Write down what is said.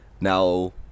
now